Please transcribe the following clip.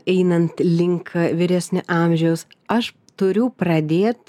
einant link vyresnio amžiaus aš turiu pradėt